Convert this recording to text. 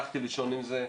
הלכתי לישון עם זה,